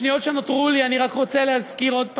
בשניות שנותרו לי אני רק רוצה להזכיר עוד פעם: